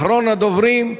אחרון הדוברים,